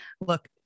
look